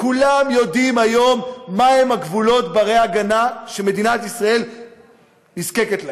כולם יודעים היום מהם הגבולות בני-ההגנה שמדינת ישראל נזקקת להם.